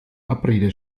abrede